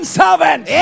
servant